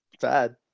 bad